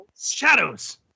shadows